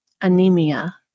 anemia